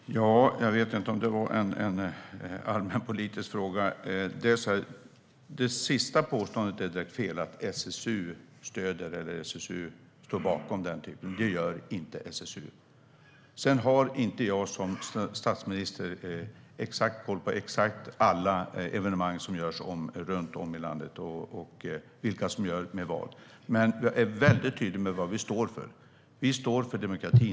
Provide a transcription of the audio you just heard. Fru talman! Jag vet inte om detta var en allmänpolitisk fråga. Det sista påståendet, att SSU stöder eller står bakom detta, är direkt fel. Det gör inte SSU. Sedan har inte jag som statsminister exakt koll på exakt alla evenemang som görs runt om i landet och vilka som gör vad med vem. Jag är dock väldigt tydlig med vad vi står för. Vi står för demokrati.